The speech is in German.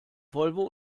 volvo